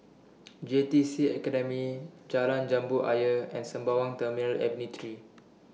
J T C Academy Jalan Jambu Ayer and Sembawang Terminal Avenue three